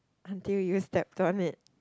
until you step on it